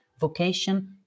vocation